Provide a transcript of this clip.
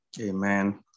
Amen